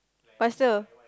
but still